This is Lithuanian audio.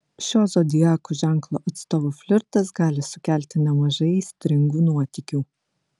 šio zodiako ženklo atstovų flirtas gali sukelti nemažai aistringų nuotykių